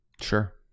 sure